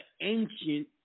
ancient